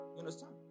Understand